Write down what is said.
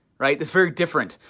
right? that's very different.